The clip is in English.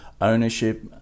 ownership